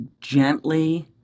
gently